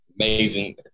amazing